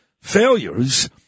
failures